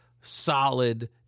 solid